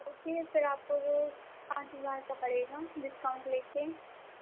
okay sir آپ کو وہ پانچ ہزار کا پڑے گا ڈسکاؤنٹ لے کے